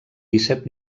disset